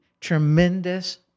tremendous